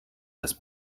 dass